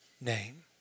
name